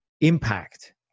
impact